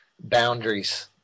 boundaries